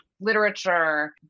literature